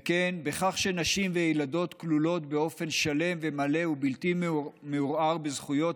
וכן בכך שנשים וילדות כלולות באופן שלם ומלא ובלתי מעורער בזכויות